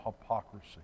hypocrisy